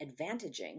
advantaging